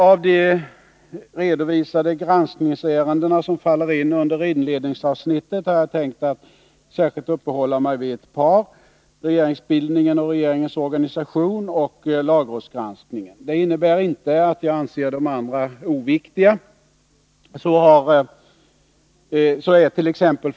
Av de redovisade granskningsärenden som faller in under inledningsavsnittet, har jag tänkt att särskilt uppehålla mig vid ett par, nämligen regeringsbildningen och regeringens organistion samt lagrådsgranskningen. Det innebär inte att jag anser de övriga ärendena oviktiga. Så ärt.ex.